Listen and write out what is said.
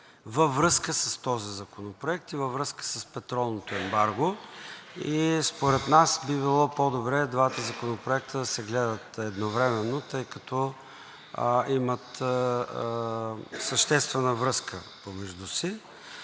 във връзка с този законопроект и във връзка с петролното ембарго. Според нас би било по-добре двата законопроекта да се гледат едновременно, тъй като имат съществена връзка помежду си,